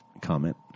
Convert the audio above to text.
comment